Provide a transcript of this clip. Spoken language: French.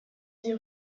dix